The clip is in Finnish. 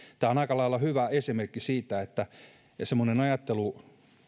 tämä on aika lailla hyvä esimerkki siitä ja semmoista ajattelua